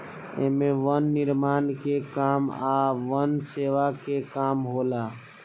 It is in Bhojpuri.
एमे वन निर्माण के काम आ वन सेवा के काम होला